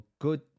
good